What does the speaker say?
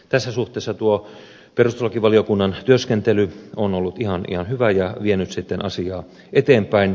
tässä suhteessa tuo perustuslakivaliokunnan työskentely on ollut ihan hyvä ja vienyt asiaa eteenpäin